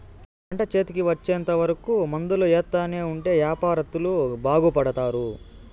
పంట చేతికి వచ్చేంత వరకు మందులు ఎత్తానే ఉంటే యాపారత్తులు బాగుపడుతారు